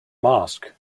mask